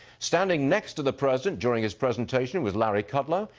standing next to the president during his presentation was larry kudlow.